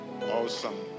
Awesome